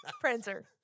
Prancer